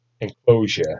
enclosure